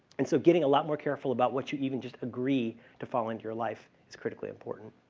and so getting a lot more careful about what you even just agree to fall into your life is critically important.